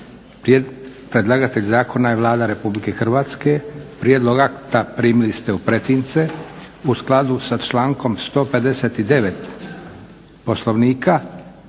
Predlagatelj zakona je Vlada Republike Hrvatske. Prijedlog akata primili ste u pretince. U skladu sa člankom 159. Poslovnika